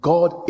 God